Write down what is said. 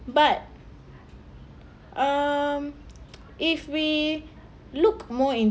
but um if we look more in